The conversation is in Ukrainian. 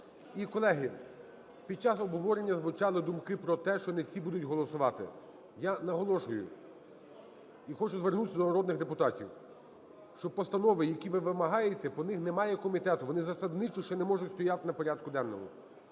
І, колеги, під час обговорення звучали думки про те, що не всі будуть голосувати. Я наголошую і хочу звернутися до народних депутатів, що постанови, які ви вимагаєте, по них немає комітету, вони засадничо ще не можуть стояти на порядку денному.